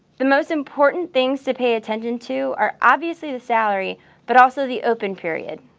the most important things to pay attention to are, obviously, the salary but also the open period.